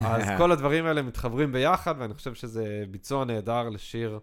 אז כל הדברים האלה מתחברים ביחד, ואני חושב שזה ביצוע נהדר לשיר.